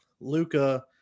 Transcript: Luca